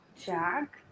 Jack